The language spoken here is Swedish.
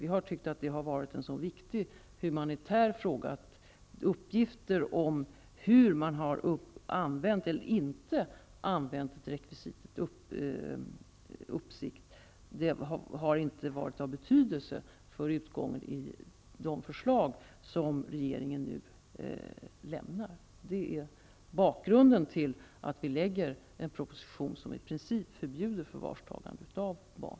Vi har tyckt att detta har varit en så viktig humanitär fråga att uppgifter om hur man har använt eller inte använt rekvisitet uppsikt inte har varit av betydelse för utgången av de förslag som regeringen nu lämnar. Det är bakgrunden till att vi lägger fram en proposition som i princip förbjuder förvarstagande av barn.